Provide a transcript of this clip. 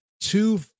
two